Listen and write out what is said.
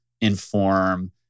inform